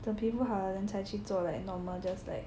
等皮肤好了 then 才去做 right normal just like